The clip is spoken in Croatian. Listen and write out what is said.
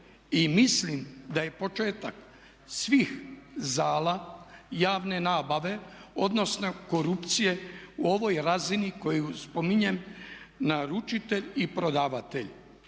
mislim da je početak svih zala javne nabave odnosno korupcije u ovoj razini koju spominjem naručitelj i prodavatelj.